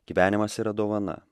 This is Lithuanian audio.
gyvenimas yra dovana